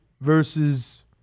versus